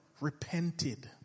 repented